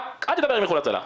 רק אל תדבר עם איחוד הצלה,